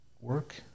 work